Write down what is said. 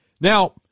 Now